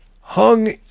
hung